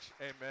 Amen